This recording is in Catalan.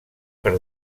per